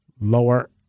lower